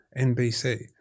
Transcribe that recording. nbc